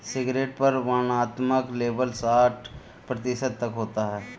cigarette पर वर्णनात्मक label साठ प्रतिशत तक होता है